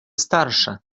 starsze